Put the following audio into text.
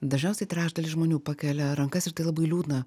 dažniausiai trečdalis žmonių pakelia rankas ir tai labai liūdna